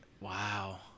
wow